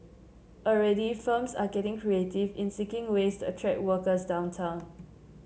already firms are getting creative in seeking ways to attract workers downtown